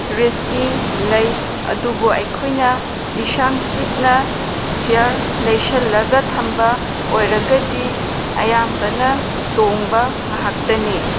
risky ꯂꯩ ꯑꯗꯨꯕꯨ ꯑꯩꯈꯣꯏꯅ ꯂꯤꯁꯥꯡ ꯁꯤꯠꯅ ꯁꯤꯌꯥꯔ ꯂꯩꯁꯤꯜꯂꯒ ꯊꯝꯕ ꯑꯣꯏꯔꯒꯗꯤ ꯑꯌꯥꯝꯕꯅ ꯇꯣꯡꯕ ꯉꯥꯛꯇꯅꯤ